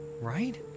Right